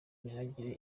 ntihagire